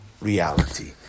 reality